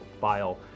file